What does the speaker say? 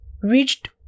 reached